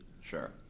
Sure